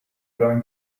going